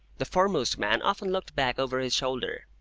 the foremost man often looked back over his shoulder.